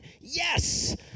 yes